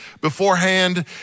beforehand